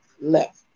left